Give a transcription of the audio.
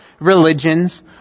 religions